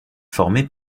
formé